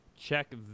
Check